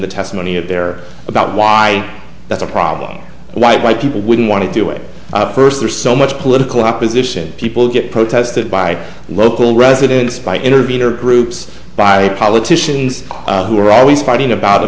the testimony of there about why that's a problem why people wouldn't want to do it first there's so much political opposition people get protested by local residents by intervener groups by politicians who are always fighting about a